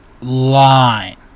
line